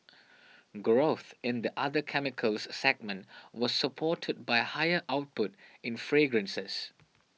growth in the other chemicals segment was supported by higher output in fragrances